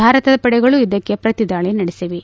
ಭಾರತ ಪಡೆಗಳು ಇದಕ್ಕೆ ಶ್ರತಿ ದಾಳ ನಡೆಸಿವೆ